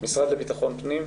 המשרד לביטחון פנים.